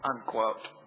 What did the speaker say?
unquote